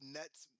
Nets